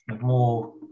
more